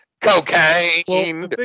Cocaine